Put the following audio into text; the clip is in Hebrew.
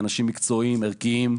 אנשים מקצועיים וערכיים,